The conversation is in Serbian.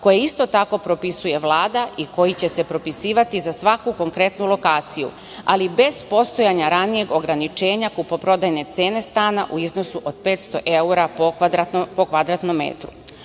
koje isto tako propisuje Vlada i koji će se propisivati za svaku konkretnu lokaciju, ali bez postojanja ranijeg ograničenja kupoprodajne cene stana u iznosu od 500 evra po kvadratnom metu. Od